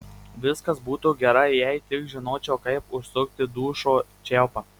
viskas būtų gerai jei tik žinočiau kaip užsukti dušo čiaupą